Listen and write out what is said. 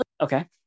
Okay